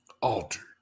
altered